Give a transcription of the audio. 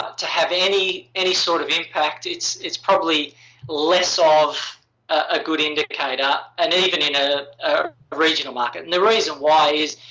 to have any any sort of impact, it's it's probably less of a good indicator, and and even in a regional market. and the reason why is,